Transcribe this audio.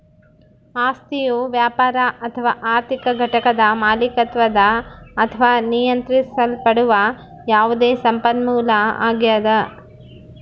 ಆಸ್ತಿಯು ವ್ಯಾಪಾರ ಅಥವಾ ಆರ್ಥಿಕ ಘಟಕದ ಮಾಲೀಕತ್ವದ ಅಥವಾ ನಿಯಂತ್ರಿಸಲ್ಪಡುವ ಯಾವುದೇ ಸಂಪನ್ಮೂಲ ಆಗ್ಯದ